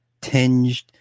tinged